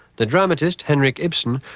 the dramatist, henrik ibsen,